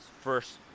first